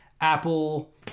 Apple